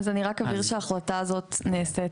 ההחלטה הזו נעשית,